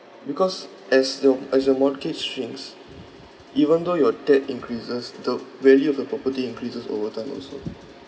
because as your as your mortgage shrinks even though your debt increases the value of the property increases over time also